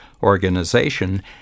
organization